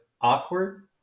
awkward